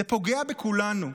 זה פוגע בכולנו.